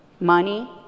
money